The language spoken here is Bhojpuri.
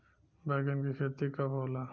बैंगन के खेती कब होला?